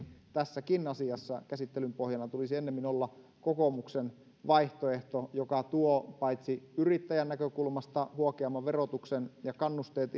tässäkin asiassa käsittelyn pohjana tulisi ennemmin olla kokoomuksen vaihtoehto joka tuo paitsi yrittäjän näkökulmasta huokeamman verotuksen ja kannusteet